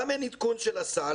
גם אין עדכון של הסל.